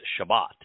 Shabbat